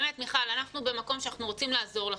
מיכל, אנחנו במקום שאנחנו רוצים לעזור לכם.